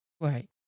Right